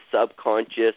subconscious